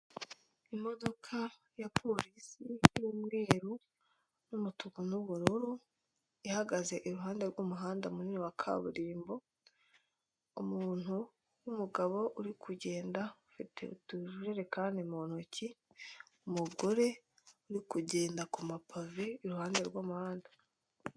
Imodoka ya polisi y'umweru n'umutuku n'ubururu ihagaze iruhande rw'umuhanda munini wa kaburimbo, umuntu w'umugabo uri kugenda ufite utujerekani mu ntoki, umugore uri kugenda ku mapave iruhande rw'umuhanda.